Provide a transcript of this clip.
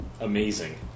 Amazing